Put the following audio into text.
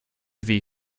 mhí